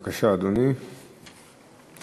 בבקשה, אדוני, חברי.